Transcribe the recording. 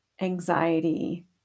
anxiety